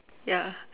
ya